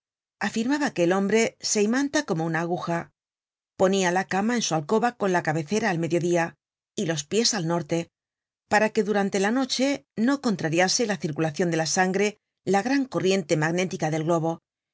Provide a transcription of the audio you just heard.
botas content from google book search generated at aguja ponia la cama en su alcoba con la cabecera al mediodía y los pies al norte para que durante la noche no contrariase la circulacion de la sangre la gran corriente magnética del globo